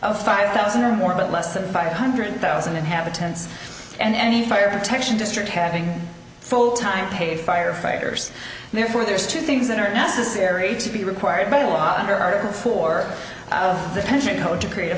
of five thousand or more but less than five hundred thousand inhabitants and the fire protection district having full time paid firefighters therefore there is two things that are necessary to be required by law under article four of the pension code to create a